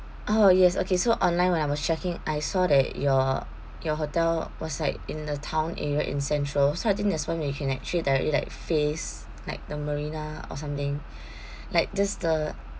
oh yes okay so online when I was checking I saw that your your hotel was like in the town area in central so I think that's when we can actually directly like face like the marina or something like just the